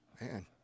Man